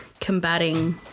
combating